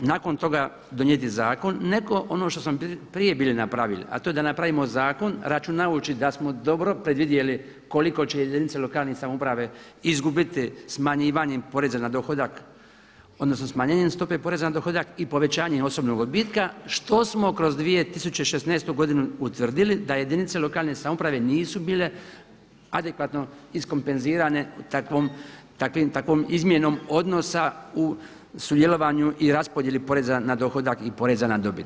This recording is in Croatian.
Nakon toga donijeti zakon ne kao ono što smo prije bili napravili, a to je da napravimo zakon računajući da smo dobro predvidjeli koliko će jedinice lokalne samouprave izgubiti smanjivanjem poreza na dohodak, odnosno smanjenjem stope poreza na dohodak i povećanje osobnog odbitka što smo kroz 2016. godinu utvrdili da jedinice lokalne samouprave nisu bile adekvatno iskompenzirane takvom izmjenom odnosa u sudjelovanju i raspodjeli poreza na dohodak i poreza na dobit.